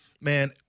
man